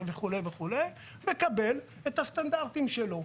מקבל את הסטנדרטים שלו.